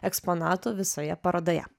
eksponatų visoje parodoje